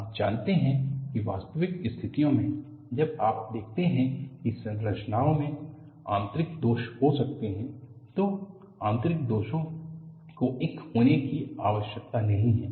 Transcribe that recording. आप जानते हैं कि वास्तविक स्थितियों में जब आप कहते हैं कि संरचनाओं में आंतरिक दोष हो सकते हैं तो आंतरिक दोषों को एक होने की आवश्यकता नहीं है